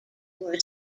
were